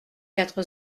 quatre